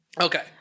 Okay